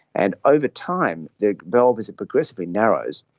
and over time the valve, as it progressively narrows,